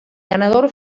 ganador